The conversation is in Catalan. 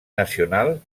nacional